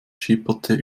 schipperte